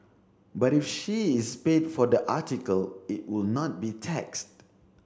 but if she is paid for the article it would not be taxed